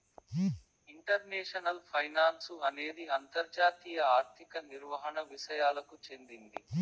international finance అనేది అంతర్జాతీయ ఆర్థిక నిర్వహణ విసయాలకు చెందింది